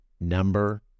number